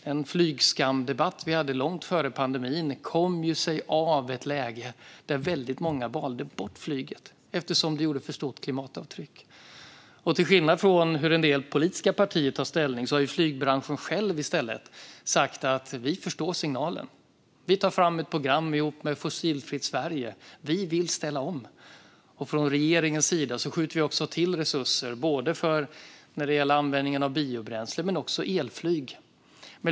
Den flygskamdebatt vi hade långt före pandemin kom sig av ett läge där många valde bort flyget eftersom det gjorde för stort klimatavtryck. Till skillnad från hur en del politiska partier tar ställning har flygbranschen själv sagt att man förstår signalen och vill ställa om, och man har därför tagit fram ett program tillsammans med Fossilfritt Sverige. Regeringen skjuter också till resurser både till användning av biobränsle och elflyg.